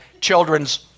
childrens